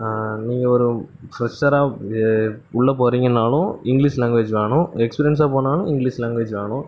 நீங்கள் ஒரு ஃபிரெஷராக உள்ள போகறிங்கனாலும் இங்கிலிஷ் லாங்க்வேஜ் வேணும் எக்ஸ்பிரியன்ஸாக போனாலும் இங்கிலிஷ் லாங்க்வேஜ் வேணும்